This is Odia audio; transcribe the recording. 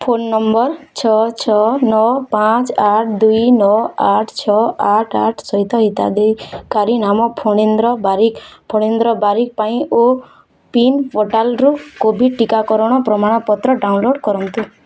ଫୋନ୍ ନମ୍ବର୍ ଛଅ ଛଅ ନଅ ପାଞ୍ଚ ଆଠ ଦୁଇ ନଅ ଆଠ ଛଅ ଆଠ ଆଠ ସହିତ ହିତାଧିକାରୀ ନାମ ଫଣେନ୍ଦ୍ର ବାରିକ୍ ଫଣେନ୍ଦ୍ର ବାରିକ୍ ପାଇଁ ଓ ପିନ୍ ପୋର୍ଟାଲ୍ରୁ କୋଭିଡ଼୍ ଟିକାକରଣ ପ୍ରମାଣପତ୍ର ଡାଉନଲୋଡ଼୍ କରନ୍ତୁ